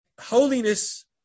Holiness